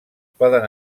poden